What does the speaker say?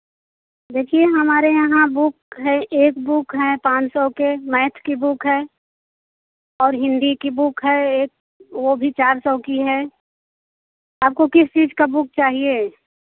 देखिए हमारे यहाँ बुक है एक बुक है पाँच सौ के मैथ की बुक है और हिंदी की बुक है एक वह भी चार सौ की है आपको किस चीज़ का बुक चाहिए